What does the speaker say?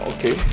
Okay